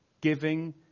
giving